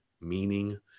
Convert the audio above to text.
meaning